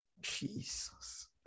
jesus